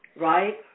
right